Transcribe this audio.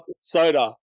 soda